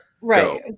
Right